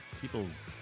People's